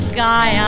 guy